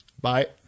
Bye